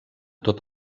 tot